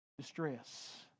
distress